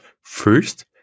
first